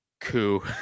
coup